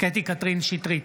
קטי קטרין שטרית,